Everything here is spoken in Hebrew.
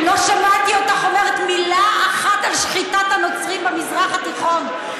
לא שמעתי אותך אומרת מילה אחת על שחיטת הנוצרים במזרח התיכון,